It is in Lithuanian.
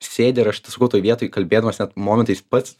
sėdi ir aš tai sakau toj vietoj kalbėdamas net momentais pats